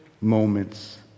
moments